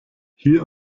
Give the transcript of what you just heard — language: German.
hier